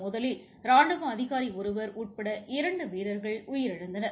மோதலில் ராணுவ அதிகாரி ஒருவர் உட்பட இரண்டு வீரர்கள் உயிரிழந்தனர்